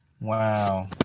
Wow